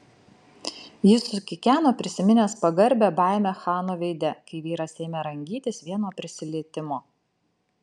jis sukikeno prisiminęs pagarbią baimę chano veide kai vyras ėmė rangytis vien nuo prisilietimo